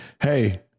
Hey